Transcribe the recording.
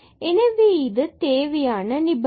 எனவே இது தேவையான நிபந்தனை